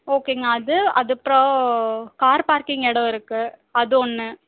ஓகேங்க அது அதுப்புறம் கார் பார்க்கிங் இடம் இருக்குது அது ஒன்று